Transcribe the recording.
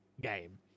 game